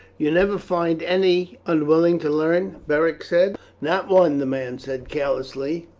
you never find any unwilling to learn? beric said. not one, the man said carelessly.